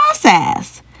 process